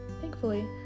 Thankfully